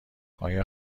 آیا